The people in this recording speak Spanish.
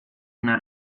una